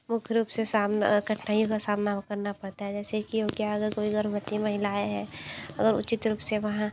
मुख्य रूप से सामना कठिनाईयों का सामना करना पड़ता है जैसे की हो गया अगर कोई गर्भवती महिलाएं है अगर उचित रूप से वहांँ